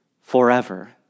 forever